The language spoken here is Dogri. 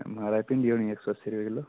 महाराज भिंडी होनी इक सौ अस्सी रपेऽ किल्लो